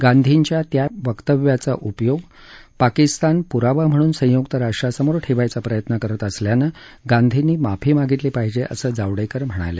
गांधींच्या त्या वक्तव्याचा उपयोग पाकिस्तान पुरावा म्हणून संयुक्त राष्ट्रासमोर ठेवायचा प्रयत्न करत असल्यानं गांधींनी माफी मागितली पाहिजे असं जावडेकर म्हणाले